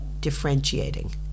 differentiating